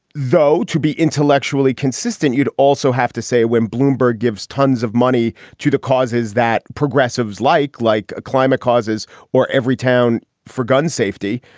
though to be intellectually consistent, you'd also have to say when bloomberg gives tons of money to the causes that progressives like like climate causes or everytown for gun safety,